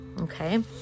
Okay